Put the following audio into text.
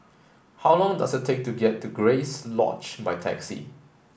how long does it take to get to Grace Lodge by taxi